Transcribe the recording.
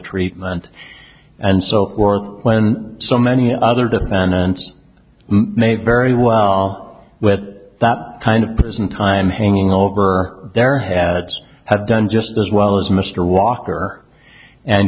treatment and so forth when so many other defendants may very well with that kind of prison time hanging over their heads has done just as well as mr walker and